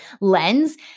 lens